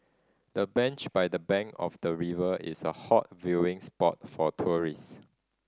the bench by the bank of the river is a hot viewing spot for tourist